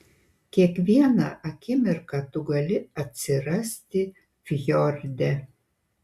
kiekvieną akimirką tu gali atsirasti fjorde